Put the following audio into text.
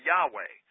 Yahweh